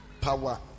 power